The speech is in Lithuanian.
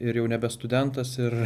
ir jau nebe studentas ir